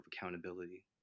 accountability